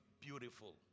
beautiful